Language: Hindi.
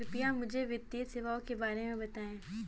कृपया मुझे वित्तीय सेवाओं के बारे में बताएँ?